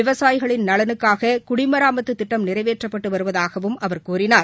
விவசாயிகளின் நலனுக்காக குடிமராமத்து திட்டம் நிறைவேற்றப்பட்டு வருவதாகவும் அவர் கூறினார்